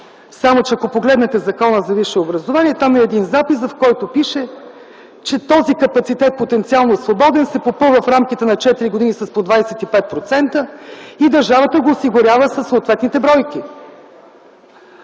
Само че ако погледнете Закона за висшето образование, там има запис, в който пише, че този потенциално свободен капацитет се попълва в рамките на четири години с по 25% и държавата го осигурява със съответните бройки.